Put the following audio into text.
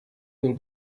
will